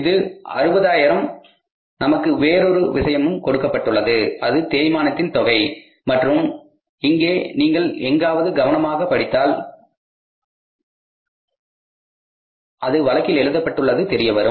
இது 60000 நமக்கு வேறொரு விஷயமும் கொடுக்கப்பட்டுள்ளது அது தேய்மானத்தின் தொகை மற்றும் இங்கே நீங்கள் எங்காவது கவனமாகப் படித்தால் அது வழக்கில் எழுதப்பட்டுள்ளது தெரியவரும்